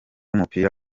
w’umupira